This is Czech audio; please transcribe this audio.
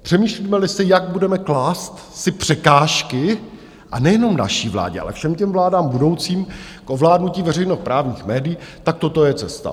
Přemýšlímeli si, jak budeme klást ty překážky, a nejenom naší vládě, ale všem těm vládám budoucím, k ovládnutí veřejnoprávních médií, tak toto je cesta.